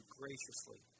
graciously